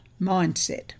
mindset